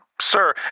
Sir